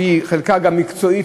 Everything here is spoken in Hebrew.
שחלקה גם מקצועי,